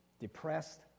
depressed